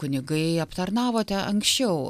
kunigai aptarnavote anksčiau